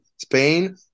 Spain